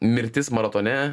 mirtis maratone